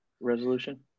resolution